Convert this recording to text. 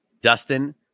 Dustin